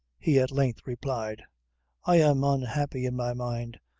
he at length replied i am unhappy in my mind,